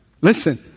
Listen